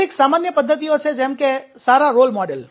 કેટલીક સામાન્ય પદ્ધતિઓ છે જેમ કે સારા રોલ મોડેલ